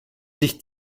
sich